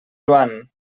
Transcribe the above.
joan